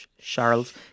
Charles